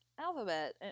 alphabet